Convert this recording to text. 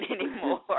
anymore